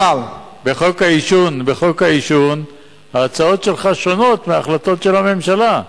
בחוק העישון ההצעות שלך שונות מההחלטות של הממשלה.